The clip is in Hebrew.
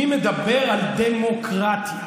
מי מדבר על דמוקרטיה?